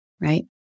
right